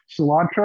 cilantro